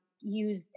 use